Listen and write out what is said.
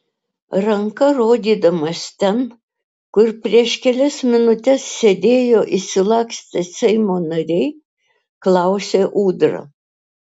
ranka rodydamas ten kur prieš kelias minutes sėdėjo išsilakstę seimo nariai klausė ūdra